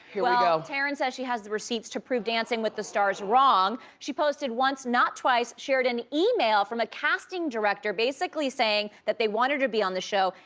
and um taryn says she has the receipts to prove dancing with the stars wrong. she posted once not twice, shared an email from a casting director basically saying that they wanted to be on the show.